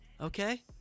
Okay